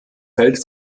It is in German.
feld